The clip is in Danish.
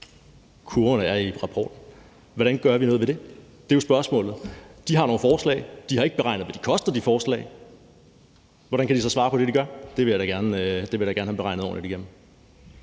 Kurven er i rapporten. Hvordan gør vi noget ved det? Det er jo spørgsmålet. De har nogle forslag. De har ikke beregnet, hvad de forslag koster. Hvordan kan de så svare på det? Det vil jeg da gerne have beregnet ordentligt igennem.